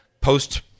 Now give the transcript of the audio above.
post